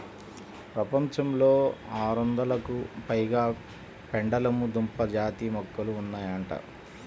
ప్రపంచంలో ఆరొందలకు పైగా పెండలము దుంప జాతి మొక్కలు ఉన్నాయంట